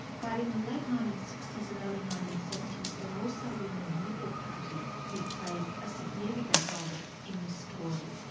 but in the late nineteen sixty s and early nineteen seventy s, there were also women in the liberal party who played a significant role in this story,